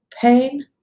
pain